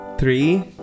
Three